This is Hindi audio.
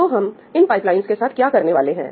तो हम इन पाइपलाइंस के साथ क्या करने वाले हैं